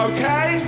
Okay